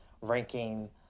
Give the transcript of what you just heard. ranking